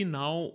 now